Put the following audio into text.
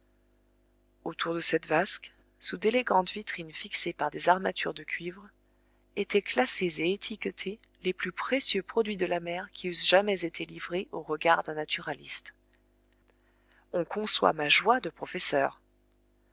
autour de cette vasque sous d'élégantes vitrines fixées par des armatures de cuivre étaient classés et étiquetés les plus précieux produits de la mer qui eussent jamais été livrés aux regards d'un naturaliste on conçoit ma joie de professeur